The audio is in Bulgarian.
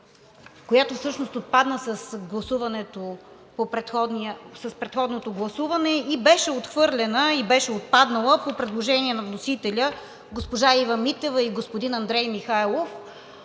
която отпадна с предходното гласуване, беше отхвърлена и беше отпаднала по предложение на вносителите – госпожа Ива Митева и господин Андрей Михайлов,